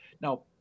Now